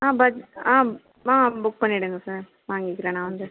ஆ but ஆ ஆ book பண்ணிவிடுங்க சார் வாங்கிக்கறேன் நான் வந்து